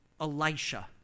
Elisha